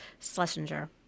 Schlesinger